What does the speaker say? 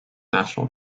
national